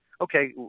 Okay